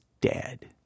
dead